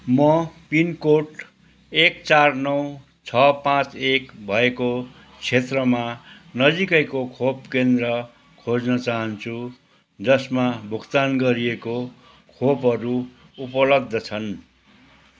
म पिनकोड एक चार नौ छ पाँच एक भएको क्षेत्रमा नजिकैको खोप केन्द्र खोज्न चाहन्छु जसमा भुक्तान गरिएको खोपहरू उपलब्ध छन्